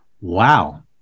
wow